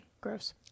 gross